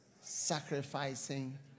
sacrificing